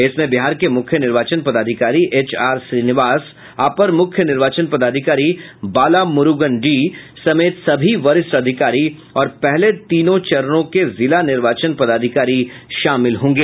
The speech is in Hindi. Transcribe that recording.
इसमें बिहार के मूख्य निर्वाचन पदाधिकारी एच आर श्रीनिवास अपर मूख्य निर्वाचन पदाधिकारी बाला मुर्गन डी समेत सभी वरिष्ठ अधिकारी और पहले तीनों चरणों के जिला निर्वाचन पदाधिकारी शामिल होंगे